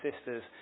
sisters